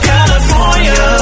California